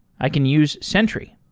i can use sentry.